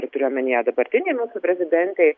ir turiu omenyje dabartinei mūsų prezidentei